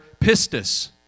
pistis